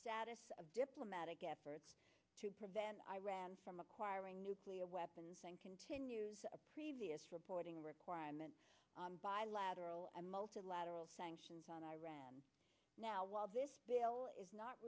status of diplomatic efforts to prevent iran from acquiring nuclear weapons and continue a previous reporting requirement bilateral and multilateral sanctions on iran now while this is not